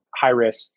high-risk